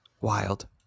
Wild